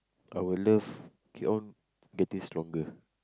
our love keep on getting stronger